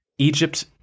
Egypt